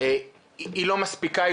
היא לא מספיקה,